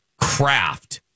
craft